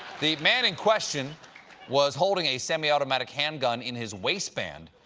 the man in question was holding a semiautomatic handgun in his waistband,